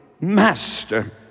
master